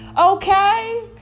okay